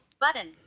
Button